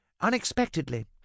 unexpectedly